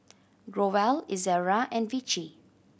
Growell Ezerra and Vichy